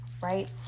right